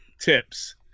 tips-